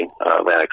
Atlantic